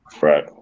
right